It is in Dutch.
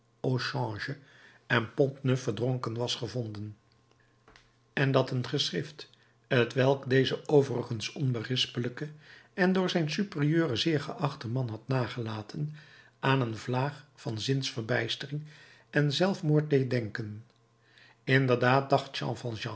pont au change en de pont-neuf verdronken was gevonden en dat een geschrift t welk deze overigens onberispelijke en door zijn superieuren zeer geachte man had nagelaten aan een vlaag van zinsverbijstering en zelfmoord deed denken inderdaad dacht jean